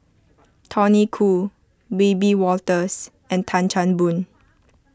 Tony Khoo Wiebe Wolters and Tan Chan Boon